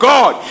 God